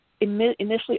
initially